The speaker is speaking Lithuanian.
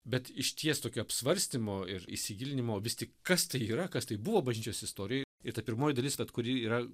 bet išties tokio apsvarstymo ir įsigilinimo vis tik kas tai yra kas tai buvo bažnyčios istorijoj ir ta pirmoji dalis vat kuri yra